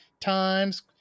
times